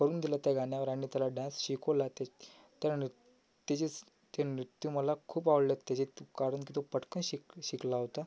करून दिला त्या गाण्यावर आणि त्याला डॅन्स शिकवला ते त्यानु ते जेस ते नृत्य मला खूप आवडलं ते जे कारण की तो पटकन शिक शिकला होता